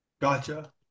Gotcha